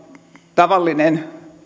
tavallinen